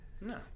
No